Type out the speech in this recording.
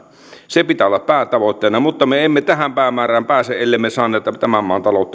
sen pitää olla päätavoitteena mutta me emme tähän päämäärään pääse ellemme saa tätä tämän maan taloutta kuntoon